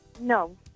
No